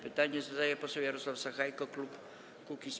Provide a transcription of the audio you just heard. Pytanie zadaje poseł Jarosław Sachajko, klub Kukiz’15.